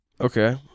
Okay